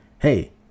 hey